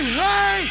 hey